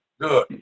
good